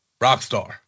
Rockstar